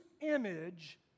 image